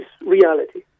reality